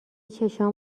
چشمام